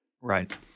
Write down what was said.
Right